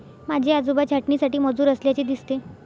माझे आजोबा छाटणीसाठी मजूर असल्याचे दिसते